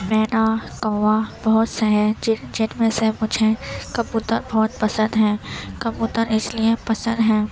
مینا کوّا بہت سے ہیں جن جن میں سے مجھے کبوتر بہت پسند ہیں کبوتر اِس لیے پسند ہے